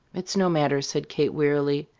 it's no matter, said kate, wearily.